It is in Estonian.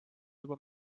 juba